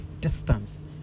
distance